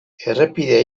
errepidea